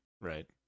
right